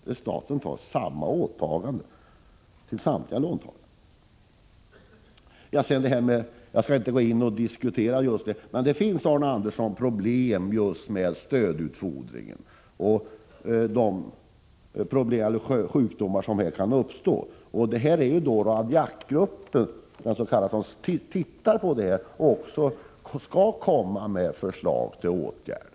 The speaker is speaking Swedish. Jag skall inte närmare gå in på just det, men jag vill ändå till Arne Andersson i Ljung säga att det finns problem med stödutfodringen och de sjukdomar som kan uppstå till följd av den. Det är den s.k. radiakgruppen som har till uppgift att titta närmare på det problemet och framlägga förslag till åtgärder.